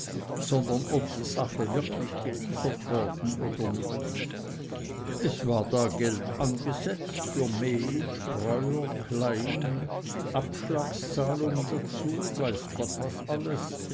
sondern ob die sache wirklich geliefert worden oder nicht es war da geld angesetzt für mehl spreuer kleien abschlagszahlungen dazu und weiß gott was alles